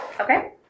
Okay